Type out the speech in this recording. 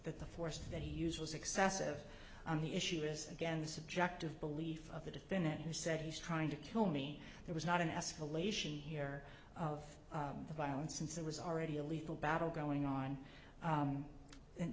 that the force that he used was excessive on the issue is again the subjective belief of the defendant who said he's trying to kill me there was not an escalation here of violence since it was already a lethal battle going on